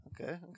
Okay